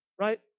Right